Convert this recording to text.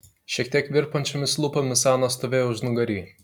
šiek tiek virpančiomis lūpomis ana stovėjo užnugary